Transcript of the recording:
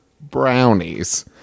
brownies